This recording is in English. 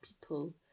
people